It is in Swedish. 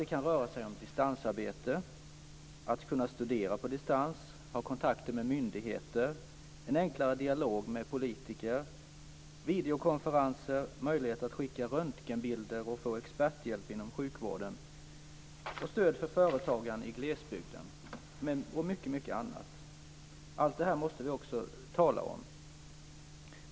Det kan röra sig om distansarbete och om att kunna studera på distans, ha kontakter med myndigheter, föra en enklare dialog med politiker, använda sig av videokonferenser, skicka röntgenbilder och få experthjälp inom sjukvården, stöd för företagaren i glesbygden och mycket annat. Allt detta måste vi också tala om.